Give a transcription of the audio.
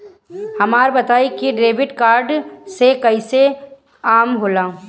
हमका बताई कि डेबिट कार्ड से कईसे काम होला?